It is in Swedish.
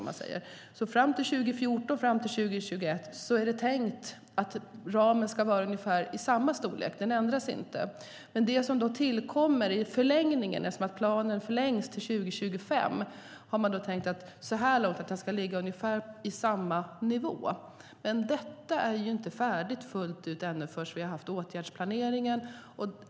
Mellan 2014 och 2021 är det tänkt att ramen ska vara i samma storlek; den ändras inte. När nu planen förlängs till 2025 är det tänkt att det ska ligga på ungefär samma nivå. Det är dock inte färdigt förrän vi har haft åtgärdsplaneringen.